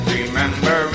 Remember